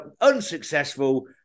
unsuccessful